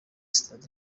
stade